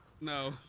No